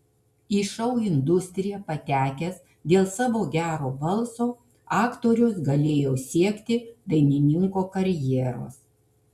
į šou industriją patekęs dėl savo gero balso aktorius galėjo siekti dainininko karjeros